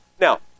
Now